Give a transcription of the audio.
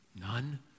None